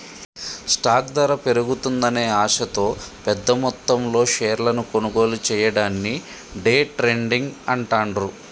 stock ధర పెరుగుతుందనే ఆశతో పెద్దమొత్తంలో షేర్లను కొనుగోలు చెయ్యడాన్ని డే ట్రేడింగ్ అంటాండ్రు